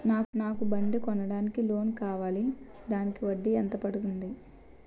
నాకు బండి కొనడానికి లోన్ కావాలిదానికి వడ్డీ ఎంత పడుతుంది?